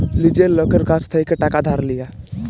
লীজের লকের কাছ থ্যাইকে টাকা ধার লিয়া